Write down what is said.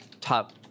top